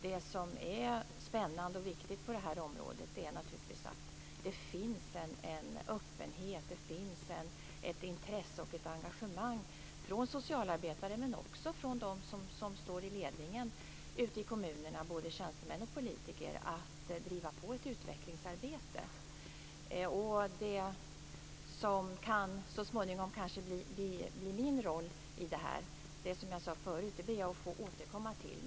Det som är spännande och viktigt på det här området är naturligtvis att det finns en öppenhet, ett intresse och ett engagemang från socialarbetare men också från dem som står i ledningen ute i kommunerna, både tjänstemän och politiker, att driva på ett utvecklingsarbete. Det som så småningom kan bli min roll ber jag, som jag sade förut, att få återkomma till.